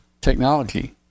Technology